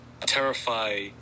terrify